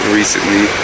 recently